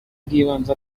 bw’ibanze